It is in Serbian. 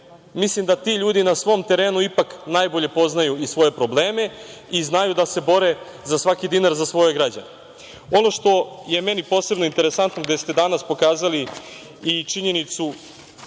mislim da ti ljudi na svom terenu ipak najbolje poznaju i svoje probleme i znaju da se bore za svaki dinar za svoje građane. Ono što je meni posebno interesantno gde ste danas pokazali i činjenicu